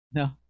no